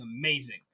amazing